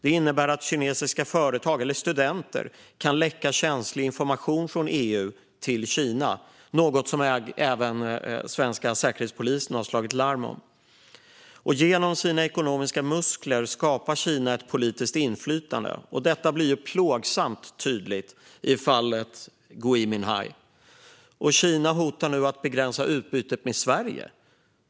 Det innebär att kinesiska företag eller studenter kan läcka känslig information från EU till Kina, något som Säkerhetspolisen slagit larm om. Genom sina ekonomiska muskler skaffar sig Kina politiskt inflytande. Detta blir plågsamt tydligt i fallet Gui Minhai. Kina hotar nu att begränsa utbytet med Sverige.